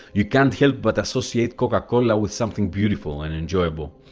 you can't help but associate coca cola with something beautiful and enjoyable.